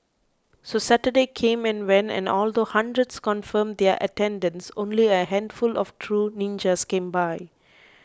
so Saturday came and went and although hundreds confirmed their attendance only a handful of true ninjas came by